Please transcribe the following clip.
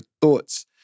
thoughts